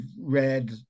read